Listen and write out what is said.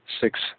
six